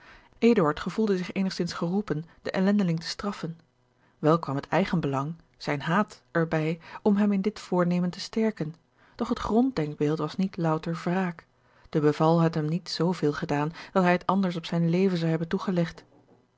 gevoelde zich eenigzins geroepen den ellendeling te straffen wel kwam het eigenbelang zijn haat er bij om hem in dit voornemen te sterken doch het gronddenkbeeld was niet louter wraak de beval had hem niet zooveel gedaan dat hij het anders op zijn leven zou hebben toegelegd